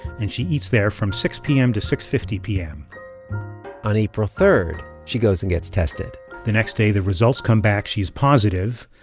and she eats there from six p m. to six fifty p m on april three, she goes and gets tested the next day, the results come back. she's positive.